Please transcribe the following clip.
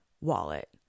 wallet